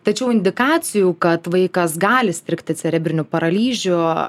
tačiau indikacijų kad vaikas gali sirgti cerebriniu paralyžiu